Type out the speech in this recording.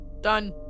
Done